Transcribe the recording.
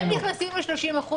הם נכנסים ב-30%,